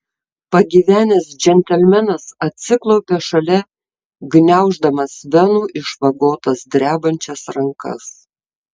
pagyvenęs džentelmenas atsiklaupė šalia gniauždamas venų išvagotas drebančias rankas